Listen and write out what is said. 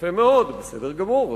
יפה מאוד, בסדר גמור,